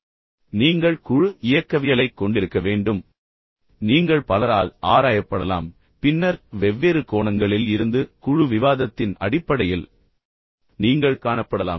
எனவே நீங்கள் குழு இயக்கவியலைக் கொண்டிருக்க வேண்டும் பின்னர் நீங்கள் பலரால் ஆராயப்படலாம் பின்னர் வெவ்வேறு கோணங்களில் இருந்து குழு விவாதத்தின் அடிப்படையில் நீங்கள் காணப்படலாம்